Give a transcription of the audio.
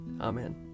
Amen